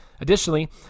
Additionally